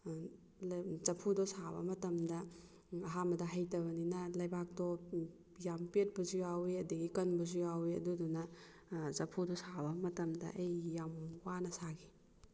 ꯆꯐꯨꯗꯣ ꯁꯥꯕ ꯃꯇꯝꯗ ꯑꯍꯥꯟꯕꯗ ꯍꯩꯇꯕꯅꯤꯅ ꯂꯩꯕꯥꯛꯇꯣ ꯌꯥꯝ ꯄꯦꯠꯄꯁꯨ ꯌꯥꯎꯋꯦ ꯑꯗꯒꯤ ꯀꯟꯕꯁꯨ ꯌꯥꯎꯋꯦ ꯑꯗꯨꯗꯨꯅ ꯆꯐꯨꯗꯣ ꯁꯥꯕ ꯃꯇꯝꯗ ꯑꯩꯒꯤ ꯌꯥꯝ ꯋꯥꯅ ꯁꯥꯈꯤ